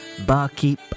barkeep